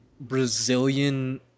Brazilian